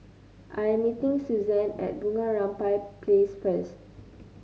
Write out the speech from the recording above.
I am meeting Suzann at Bunga Rampai Place first